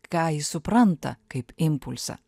ką ji supranta kaip impulsą